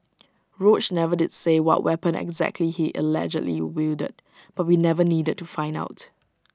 roach never did say what weapon exactly he allegedly wielded but we never needed to find out